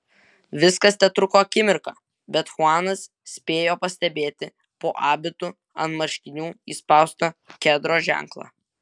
viskas tetruko akimirką bet chuanas spėjo pastebėti po abitu ant marškinių įspaustą kedro ženklą